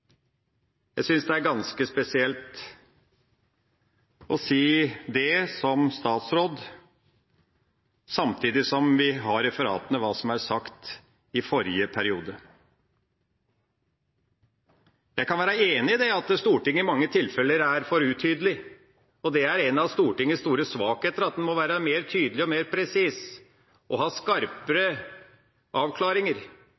Jeg synes det er ganske spesielt å si det som statsråd, samtidig som vi har referatene av hva som ble sagt i forrige periode. Jeg kan være enig i at Stortinget i mange tilfeller er for utydelig. En av Stortingets store svakheter er at det bør være mer tydelig og mer presist, og det bør ha